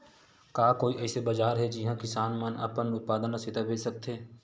का कोई अइसे बाजार हे जिहां किसान मन अपन उत्पादन ला सीधा बेच सकथे?